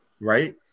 Right